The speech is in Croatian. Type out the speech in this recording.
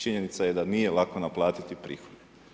Činjenica je da nije lako naplatiti prihode.